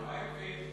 לא עייפים,